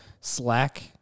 Slack